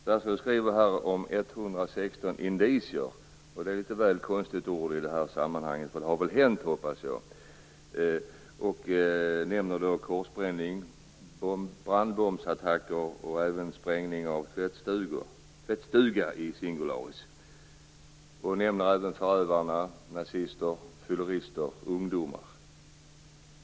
indicier. Det är ett litet väl konstigt ord i detta sammanhang, eftersom det har hänt, hoppas jag. Han nämner korsbränning, brandbombsattacker och sprängning av en tvättstuga. Han nämner även att förövarna har varit nazister, fyllerister och ungdomar.